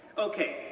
okay,